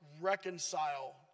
reconcile